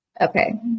Okay